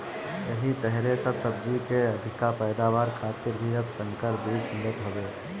एही तरहे सब सब्जी के अधिका पैदावार खातिर भी अब संकर बीज मिलत हवे